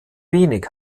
wenig